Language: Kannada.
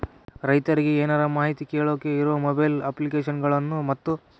ರೈತರಿಗೆ ಏನರ ಮಾಹಿತಿ ಕೇಳೋಕೆ ಇರೋ ಮೊಬೈಲ್ ಅಪ್ಲಿಕೇಶನ್ ಗಳನ್ನು ಮತ್ತು?